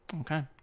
Okay